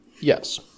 Yes